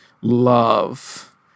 love